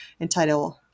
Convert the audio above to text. entitled